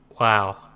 wow